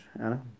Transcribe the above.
anna